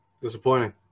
Disappointing